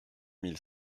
mille